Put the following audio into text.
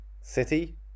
city